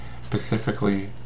specifically